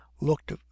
looked